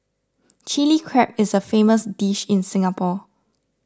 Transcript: Chilli Crab is a famous dish in Singapore